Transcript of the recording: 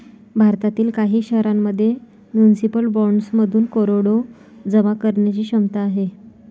भारतातील काही शहरांमध्ये म्युनिसिपल बॉण्ड्समधून करोडो जमा करण्याची क्षमता आहे